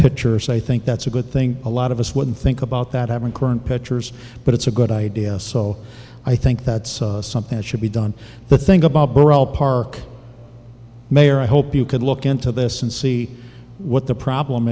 pictures i think that's a good thing a lot of us would think about that haven't current pictures but it's a good idea so i think that's something that should be done the thing about burrell park mayor i hope you could look into this and see what the problem